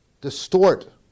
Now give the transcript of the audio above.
distort